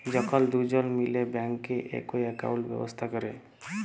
যখল দুজল মিলে ব্যাংকে একই একাউল্ট ব্যবস্থা ক্যরে